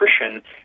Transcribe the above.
nutrition